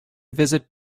visit